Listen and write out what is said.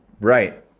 Right